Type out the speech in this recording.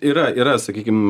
yra yra sakykim